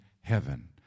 heaven